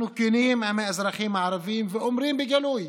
אנחנו כנים עם האזרחים הערבים ואומרים בגלוי